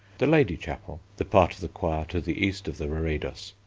the lady chapel, the part of the choir to the east of the reredos,